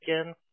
again